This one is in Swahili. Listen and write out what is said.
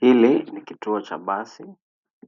Hili ni kituo cha basi